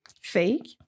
Fake